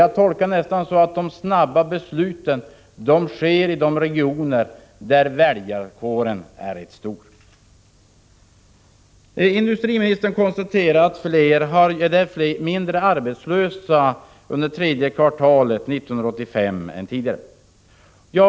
Jag tolkar det nästan så att besluten fattas snabbt i de regioner där väljarkåren är rätt stor. Industriministern konstaterar att det var färre arbetslösa under det tredje kvartalet 1985 än tidigare.